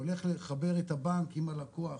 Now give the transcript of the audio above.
הולך לחבר את הבנק עם הלקוח